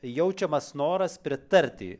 jaučiamas noras pritarti